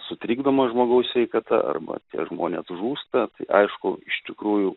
sutrikdoma žmogaus sveikata arba tie žmonės žūsta aišku iš tikrųjų